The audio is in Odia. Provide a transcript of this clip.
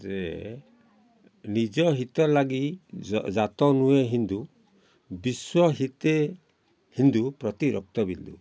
ଯେ ନିଜ ହିତ ଲାଗି ଜାତ ନୁହେଁ ହିନ୍ଦୁ ବିଶ୍ୱ ହିତେ ହିନ୍ଦୁ ପ୍ରତି ରକ୍ତ ବିନ୍ଦୁ